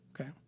Okay